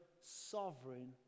sovereign